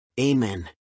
Amen